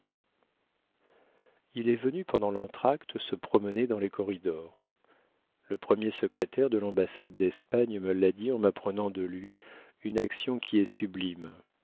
il est venu pendant l'entr'acte se promener dans les corridors le premier secrétaire de l'ambassade d'espagne me l'a dit en m'apprenant de lui une action qui est sublime